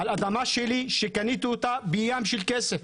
על אדמה שלי, שקניתי אותה בהרבה מאוד כסף?